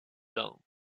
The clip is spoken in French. ans